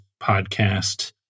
podcast